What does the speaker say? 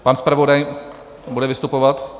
Pan zpravodaj bude vystupovat?